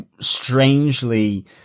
strangely